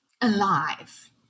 alive